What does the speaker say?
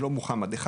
זה לא מוחמד אחד,